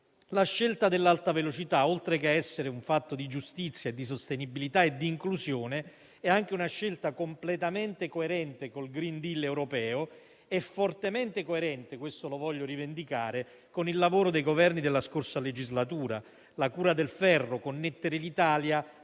La scelta dell'Alta velocità, oltre che essere un fatto di giustizia, di sostenibilità e di inclusione, è anche una scelta completamente coerente col *green deal* europeo e fortemente coerente - questo lo voglio rivendicare - con il lavoro dei Governi della scorsa legislatura. La "cura del ferro" e il documento Connettere l'Italia